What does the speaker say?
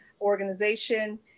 organization